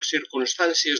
circumstàncies